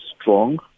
strong